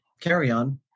carry-on